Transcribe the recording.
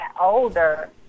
older